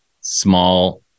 Small